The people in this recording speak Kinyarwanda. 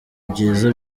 byiza